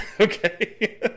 okay